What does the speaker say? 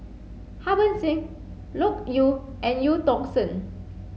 Harbans Singh Loke Yew and Eu Tong Sen